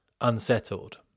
unsettled